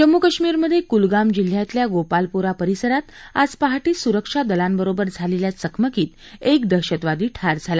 जम्मू कश्मीरमधे कुलगाम जिल्ह्यातल्या गोपालपोरा परिसरात आज पहाटे सुरक्षा दलांबरोबर झालेल्या चकमकीत एक दहशतवादी ठार झाला